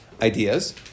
ideas